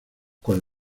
con